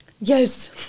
yes